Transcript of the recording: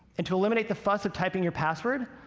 and to eliminate the fuss of typing your password,